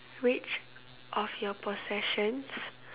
which of your possessions